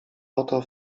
oto